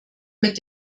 mit